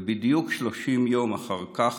ובדיוק 30 יום אחר כך,